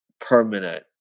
permanent